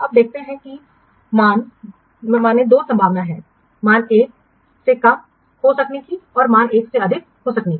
अब देखते हैं कि मान दो संभावनाएं हैं मान 1 से कम हो सकते हैंमान 1 से अधिक हो सकते हैं